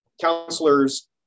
counselors